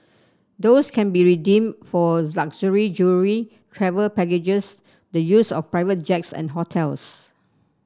those can be redeem for luxury jewellery travel packages the use of private jets and hotels